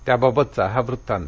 त्याबाबतचा हा वृत्तांत